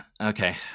Okay